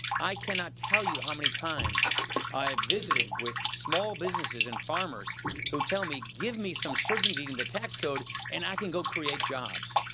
i cannot tell you how many times i have visited with small businesses and farmers who tell me, give me some certainty in the tax code and i can go create jobs.